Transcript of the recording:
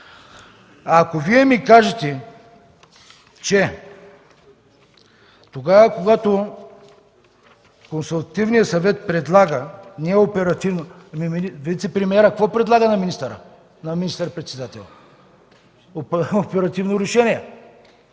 Ако Вие ми кажете, че тогава, когато Консултативният съвет предлага, не е оперативно … Вицепремиерът какво предлага на министър-председателя? Оперативно решение.